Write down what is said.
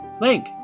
Link